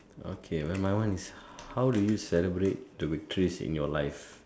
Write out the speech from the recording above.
okay my my one is how do you celebrate the victories in your life